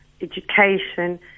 education